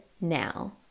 now